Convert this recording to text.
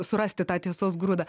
surasti tą tiesos grūdą